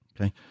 Okay